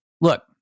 look